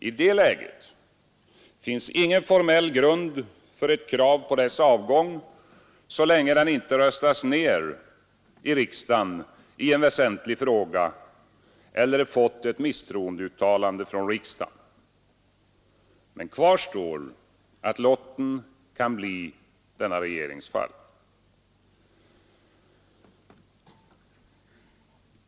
I det läget finns ingen formell grund för ett krav på regeringens avgång så länge den inte röstats ner i riksdagen i en väsentlig fråga eller fått ett misstroendeuttalande från riksdagen. Men kvar står att lotten kan bli denna regerings fall.